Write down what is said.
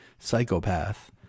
psychopath